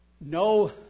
No